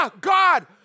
God